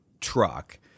truck